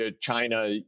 China